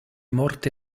morte